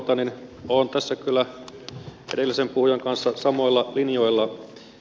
olen tässä kyllä edellisen puhujan kanssa samoilla linjoilla